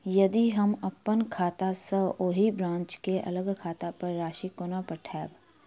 यदि हम अप्पन खाता सँ ओही ब्रांच केँ अलग खाता पर राशि कोना पठेबै?